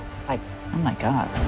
it's like, oh my god.